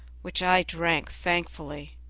which i drank thankfully.